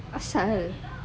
asap ke